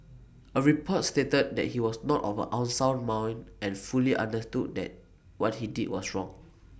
A report stated that he was not of unsound mind and fully understood that what he did was wrong